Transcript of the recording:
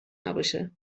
نباشه